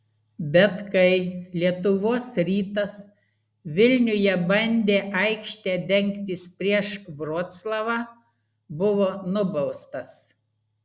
bet kai lietuvos rytas vilniuje bandė aikšte dengtis prieš vroclavą buvo nubaustas